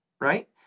right